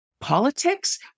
politics